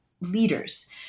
leaders